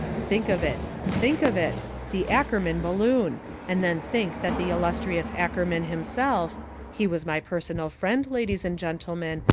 think of it think of it the ackerman balloon and then think that the illustrious ackerman himself he was my personal friend, ladies and gentlemen,